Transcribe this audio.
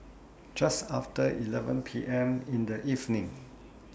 Just after eleven P M in The evening